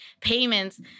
payments